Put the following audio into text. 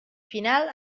final